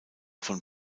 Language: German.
von